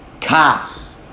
cops